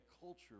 culture